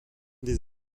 des